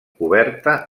coberta